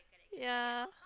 yeah